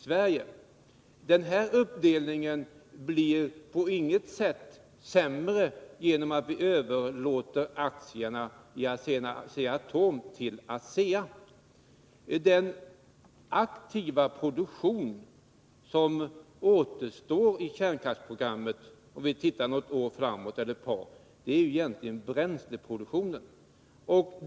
Uppdelningen av intressena blir på inget sätt sämre genom att vi överlåter aktierna i Asea-Atom till ASEA. Den aktiva produktion som återstår i kärnkraftsprogrammet, om vi ser ett par år framåt i tiden, är egentligen bränsleproduktionen.